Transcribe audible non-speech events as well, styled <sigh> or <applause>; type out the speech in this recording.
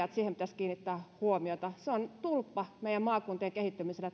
<unintelligible> että siihen pitäisi kiinnittää huomiota se on tulppa meidän maakuntien kehittymiselle <unintelligible>